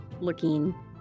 Looking